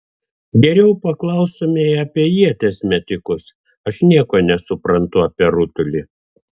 geriau paklaustumei apie ieties metikus aš nieko nesuprantu apie rutulį